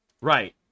Right